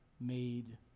made